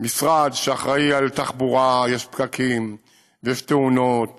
משרד שאחראי לתחבורה, יש פקקים ויש תאונות